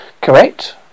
correct